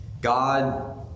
God